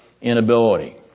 inability